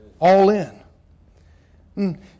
All-in